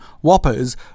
whoppers